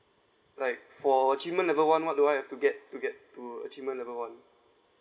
like for achievement level one what do I have to get to get to achievement level one